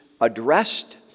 addressed